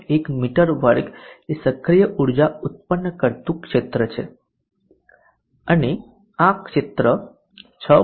1 મી2 એ સક્રિય ઊર્જા ઉત્પન્ન કરતું ક્ષેત્ર છે અને આ ક્ષેત્ર 6